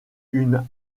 une